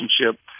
relationship